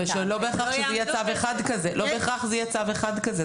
לא בהכרח זה יהיה צו אחד כזה.